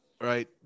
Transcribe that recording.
right